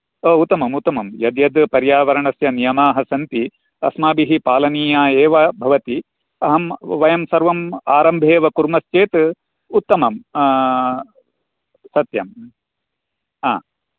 उत्तमं उत्तमं यद्यद् पर्यावरणस्य नियमाः सन्ति अस्माभिः पालनीया एव भवति अहं वयं सर्वं आरम्भे एव कुर्मश्चेत् उतत्मं सत्यं आ